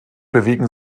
bewegen